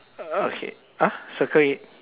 okay !huh! circle it